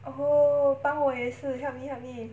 oh 帮我也是 help me help me